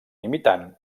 imitant